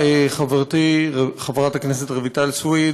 חברתי חברת הכנסת רויטל סויד,